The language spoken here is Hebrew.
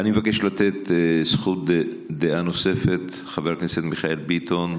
אני מבקש לתת זכות דעה נוספת לחבר הכנסת מיכאל ביטון,